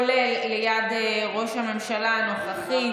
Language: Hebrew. כולל ליד ראש הממשלה הנוכחי.